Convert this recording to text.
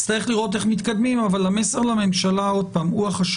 נצטרך לראות איך מתקדמים אבל המסר לממשלה הוא החשוב,